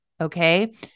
Okay